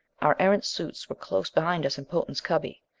our erentz suits were close behind us in potan's cubby.